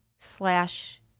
slash